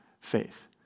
faith